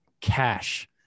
cash